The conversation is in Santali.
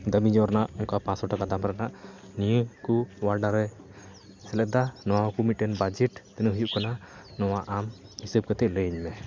ᱫᱟᱹᱢᱤᱧᱚᱜ ᱨᱮᱱᱟᱜ ᱚᱝᱠᱟ ᱯᱟᱸᱪᱥᱚ ᱴᱟᱠᱟ ᱫᱟᱢ ᱨᱮᱱᱟᱜ ᱱᱤᱭᱟᱹᱠᱚ ᱚᱣᱟᱰᱟᱨ ᱥᱮᱞᱮᱫᱟ ᱱᱚᱣᱟᱠᱚ ᱢᱤᱫᱴᱮᱱ ᱵᱟᱡᱮᱹᱴ ᱛᱤᱱᱟᱹᱜ ᱦᱩᱭᱩᱜ ᱠᱟᱱᱟ ᱱᱚᱣᱟ ᱟᱢ ᱦᱤᱥᱟᱹᱵᱽ ᱠᱟᱛᱮᱫ ᱞᱟᱹᱭᱟᱹᱧ ᱢᱮ